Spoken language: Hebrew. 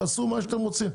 תעשו מה ש רוצים.